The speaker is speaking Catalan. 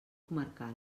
comarcal